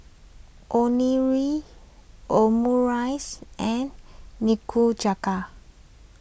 Omurice and Nikujaga